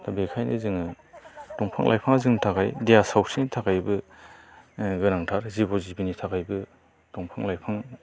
दा बेखायनो जोङो दंफां लाइफांआ जोंनि थाखाय देहा सावस्रिनि थाखायबो ओ गोनांथार जिब' जिबिनि थाखायबो दंफां लाइफां